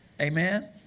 Amen